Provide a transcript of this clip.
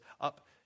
up